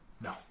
No